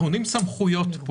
סמכויות,